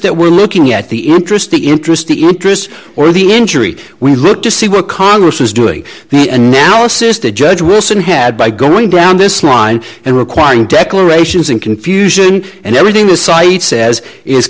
that we're looking at the interesting interest interests or the injury we look to see what congress is doing the judge wilson had by going down this line and requiring declarations and confusion and everything the site says i